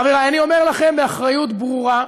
חברי, אני אומר לכם באחריות ברורה: